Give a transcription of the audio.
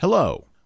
Hello